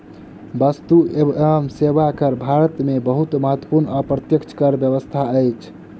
वस्तु एवं सेवा कर भारत में बहुत महत्वपूर्ण अप्रत्यक्ष कर व्यवस्था अछि